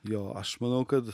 jo aš manau kad